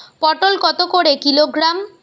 পটল কত করে কিলোগ্রাম?